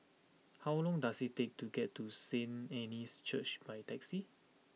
how long does it take to get to Saint Anne's Church by taxi